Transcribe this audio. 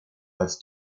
als